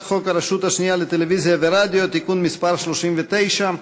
חוק הרשות השנייה לטלוויזיה ורדיו (תיקון מס' 39),